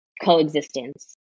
coexistence